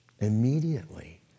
immediately